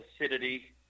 acidity